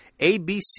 ABC